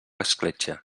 escletxa